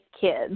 kids